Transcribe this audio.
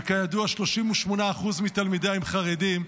שכידוע 38% מתלמידיה חרדים,